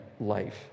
life